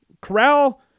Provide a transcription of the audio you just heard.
Corral